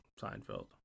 Seinfeld